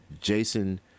Jason